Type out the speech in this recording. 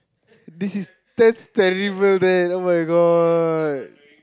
this is that's terrible then [oh]-my-god